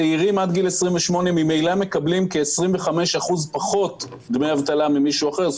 צעירים עד גיל 28 ממילא מקבלים 20% דמי אבטלה פחות ממבוגרים יותר.